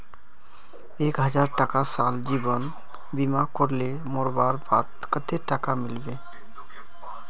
एक हजार टका साल जीवन बीमा करले मोरवार बाद कतेक टका मिलबे?